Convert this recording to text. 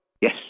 Yes